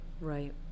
Right